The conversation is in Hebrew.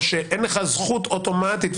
או שאין לך זכות אוטומטית,